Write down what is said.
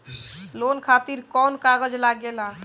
Loan खातिर कौन कागज लागेला?